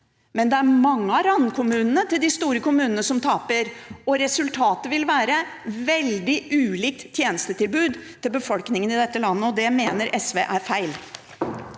Men det er mange av randkommunene til de store kommunene som taper, og resultatet vil være veldig ulikt tjenestetilbud til befolkningen i dette landet. Det mener SVer feil.